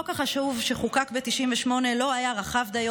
החוק החשוב שחוקק ב-1998 לא היה רחב דיו